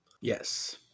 Yes